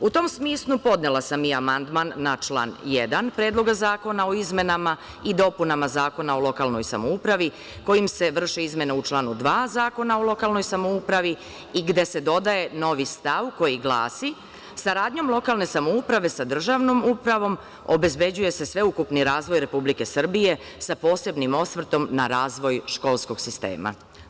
U tom smislu podnela sam i amandman na član 1. Predloga zakona o izmenama i dopunama Zakona o lokalnoj samoupravi, kojim se vrše izmene u članu 2. Zakona o lokalnoj samoupravi i gde se dodaje novi stav koji glasi: „Saradnjom lokalne samouprave sa državnom upravom obezbeđuje se sveukupni razvoj Republike Srbije, sa posebnim osvrtom na razvoj školskog sistema“